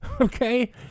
okay